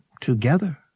together